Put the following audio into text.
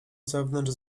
zewnątrz